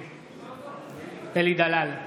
נגד אלי דלל,